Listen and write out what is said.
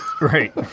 Right